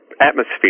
atmosphere